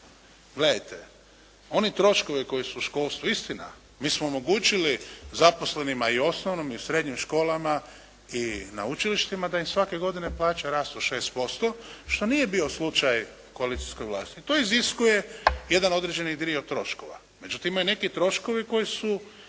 Gledajte, oni troškovi koji su u školstvu, istina, mi smo omogućili zaposlenima i osnovnim i srednjim školama i na učilištima da im svake godine plaće rastu 6% što nije bio slučaj u koalicijskoj vlasti, to iziskuje jedan dio određeni dio troškova. Međutim, imaju neki troškovi koji su